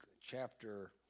chapter